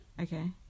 Okay